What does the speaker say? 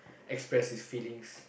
express his feelings